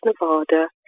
Nevada